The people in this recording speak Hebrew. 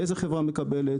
איזו חברה מקבלת,